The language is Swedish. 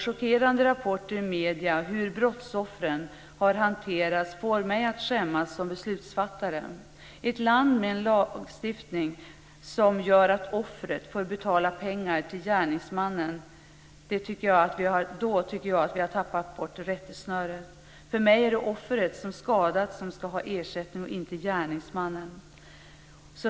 Chockerande rapporter i medierna om hur brottsoffren har hanterats får mig som beslutsfattare att skämmas. Ett land med en lagstiftning som gör att offret får betala pengar till gärningsmannen har tappat bort rättesnöret. För mig är det offret som skadats som ska ha ersättning och inte gärningsmannen.